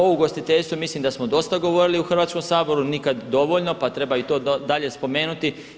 O ugostiteljstvu mislim da smo dosta govorili u Hrvatskom saboru, nikada dovoljno, pa treba i to dalje spomenuti.